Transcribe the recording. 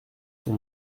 son